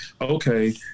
okay